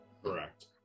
Correct